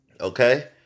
Okay